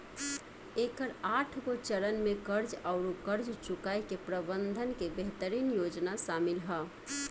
एकर आठगो चरन में कर्ज आउर कर्ज चुकाए के प्रबंधन के बेहतरीन योजना सामिल ह